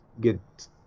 get